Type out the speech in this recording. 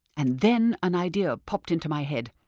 and then an idea popped into my head,